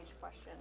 question